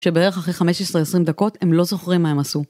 שבערך אחרי 15-20 דקות הם לא זוכרים מה הם עשו.